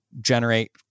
generate